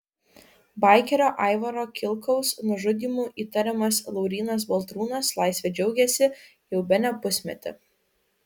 baikerio aivaro kilkaus nužudymu įtariamas laurynas baltrūnas laisve džiaugiasi jau bene pusmetį